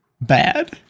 bad